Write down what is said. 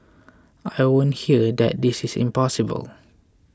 I won't hear that this is impossible